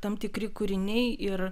tam tikri kūriniai ir